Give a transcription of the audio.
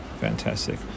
fantastic